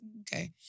Okay